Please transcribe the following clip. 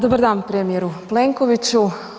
Dobar dan premijeru Plenkoviću.